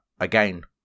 again